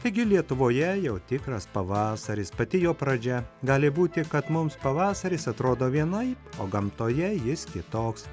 taigi lietuvoje jau tikras pavasaris pati jo pradžia gali būti kad mums pavasaris atrodo vienaip o gamtoje jis kitoks